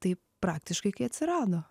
taip praktiškai kai atsirado